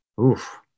Oof